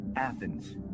Athens